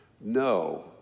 No